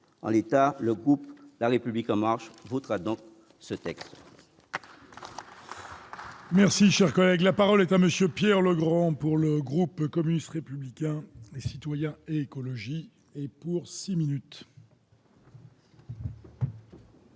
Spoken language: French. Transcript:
en l'état, le groupe la République en marche votera donc ce texte. Merci, cher collègue, la parole est à monsieur Pierre Legrand pour le groupe communiste républicain et citoyen, écologie et pour 6 minutes.